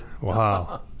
Wow